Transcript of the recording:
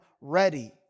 ready